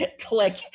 click